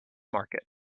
market